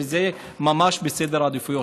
וזה ממש בסדר העדיפויות.